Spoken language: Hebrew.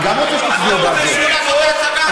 אני גם רוצה שתצביעו בעד החוק הזה.